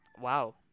Wow